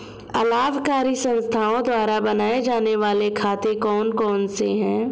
अलाभकारी संस्थाओं द्वारा बनाए जाने वाले खाते कौन कौनसे हैं?